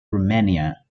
romania